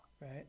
Right